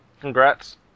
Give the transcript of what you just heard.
Congrats